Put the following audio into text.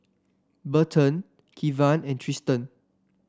Burton Kevan and Triston